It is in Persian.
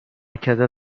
کردن